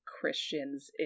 Christians